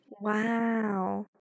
Wow